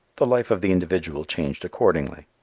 the life of the individual changed accordingly.